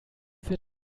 wird